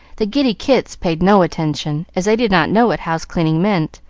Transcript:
the giddy kits paid no attention, as they did not know what house-cleaning meant,